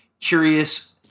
curious